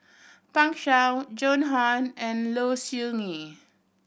Pan Shou Joan Hon and Low Siew Nghee